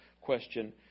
question